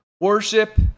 worship